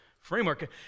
Framework